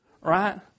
right